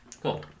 Cool